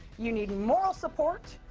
you need moral support,